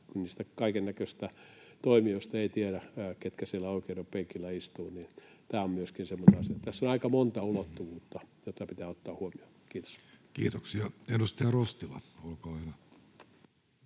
niistä kaikennäköisistä toimijoista, ketkä siellä oikeuden penkillä istuvat. Tämä on myöskin semmoinen asia. Tässä on aika monta ulottuvuutta, jotka pitää ottaa huomioon. — Kiitos. [Speech 93] Speaker: